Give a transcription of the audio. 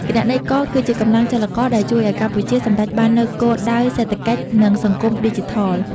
គណនេយ្យករគឺជាកម្លាំងចលករដែលជួយឱ្យកម្ពុជាសម្រេចបាននូវគោលដៅសេដ្ឋកិច្ច និងសង្គមឌីជីថល។